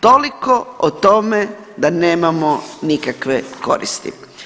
Toliko o tome da nemamo nikakve koristi.